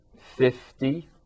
Fifty